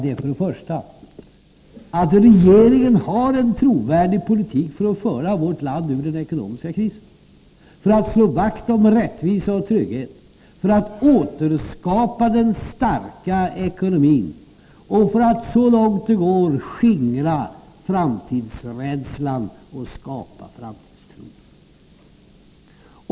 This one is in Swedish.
Det är för det första att regeringen har en trovärdig politik för att föra vårt land ur den ekonomiska krisen, för att slå vakt om rättvisa och trygghet, för att återskapa den starka ekonomin och för att så långt det går skingra framtidsrädslan och skapa framtidstro.